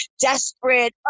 desperate